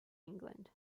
england